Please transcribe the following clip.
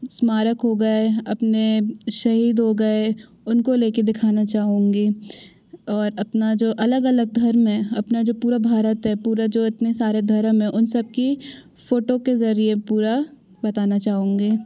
स्मारक हो गए अपने शहीद हो गए उनको लेके दिखाना चाहूँगी और अपना जो अलग अलग धर्म है अपना जो पूरा भारत है पूरा जो इतने सारे धर्म है उन सब की फ़ोटो के ज़रिये पूरा बताना चाहूँगी